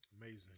Amazing